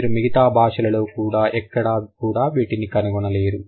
మీరు మిగతా భాషల లో ఎక్కడా కూడా వీటిని కనుగొనలేరు